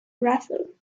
rafael